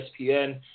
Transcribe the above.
ESPN